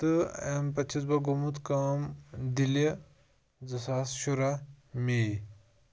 تہٕ اَمہِ پَتہٕ چھُس بہٕ گوٚمت کٲم دِلہِ زٕ ساس شُراہ میی